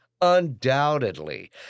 undoubtedly